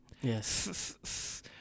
Yes